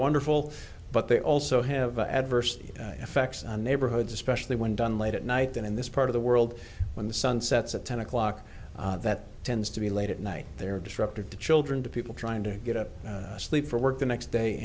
wonderful but they also have adverse effects on neighborhoods especially when done late at night and in this part of the world when the sun sets at ten o'clock that tends to be late at night they're destructive to children to people trying to get a sleep for work the next day